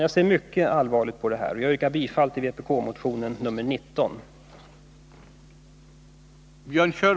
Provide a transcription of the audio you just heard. Jag ser mycket allvarligt på det här, och jag yrkar bifall till